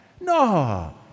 No